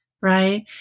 Right